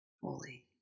fully